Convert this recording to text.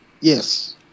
Yes